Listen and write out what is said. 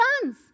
sons